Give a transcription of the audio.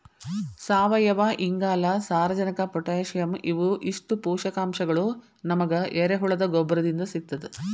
ಸಾವಯುವಇಂಗಾಲ, ಸಾರಜನಕ ಪೊಟ್ಯಾಸಿಯಂ ಇವು ಇಷ್ಟು ಪೋಷಕಾಂಶಗಳು ನಮಗ ಎರೆಹುಳದ ಗೊಬ್ಬರದಿಂದ ಸಿಗ್ತದ